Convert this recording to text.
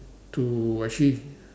to actually